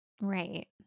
right